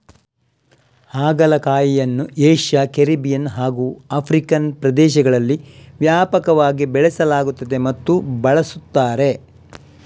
ಹಾಗಲಕಾಯಿಯನ್ನು Asia, Caribbean ಹಾಗೂ African ಪ್ರದೇಶದಲ್ಲಿ ವ್ಯಾಪಕವಾಗಿ ಬೆಳೆಸಲಾಗುತ್ತದೆ ಮತ್ತು ಬಳಸುತ್ತಾರೆ